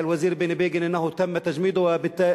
הם צריכים להגיד את הדברים שלהם בקלפי.